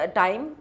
time